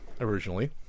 originally